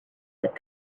that